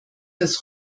das